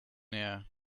air